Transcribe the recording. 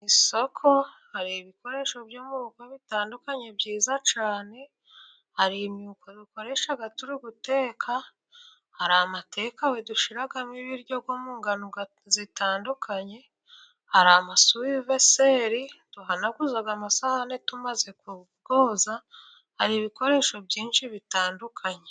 Isoko hari ibikoresho byo murugo bitandukanye, byiza cyane, hari imyuko dukoresha turi uguteka, hari amatekawe bidushyimo ibiryo yo mu ngano zitandukanye, hari amasuveseri duhanaguza amasahane tumaze kuyoza, hari ibikoresho byinshi bitandukanye.